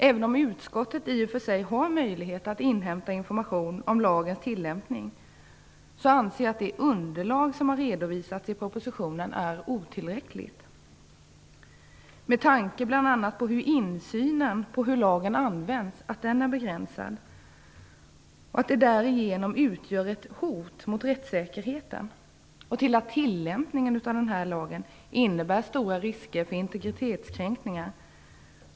Även om utskottet i och för sig har möjlighet att inhämta information om lagens tillämpning anser jag att det underlag som har redovisats i propositionen är otillräckligt. Insynen i hur lagen används är begränsad. Den utgör därigenom ett hot mot rättssäkerheten. Tillämpningen av lagen innebär stora risker för integritetskränkningar.